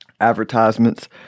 advertisements